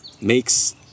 makes